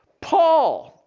Paul